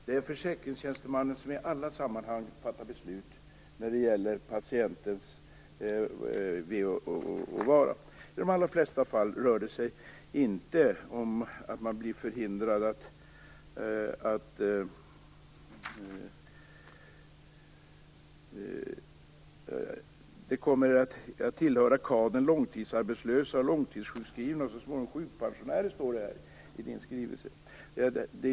Det är försäkringstjänstemannen som i alla sammanhang fattar beslut när det gäller patientens väl och ve. "De kommer att tillhöra kadern långtidsarbetslösa och långtidssjukskrivna och så småningom sjukpensionärer -", står det i interpellationen.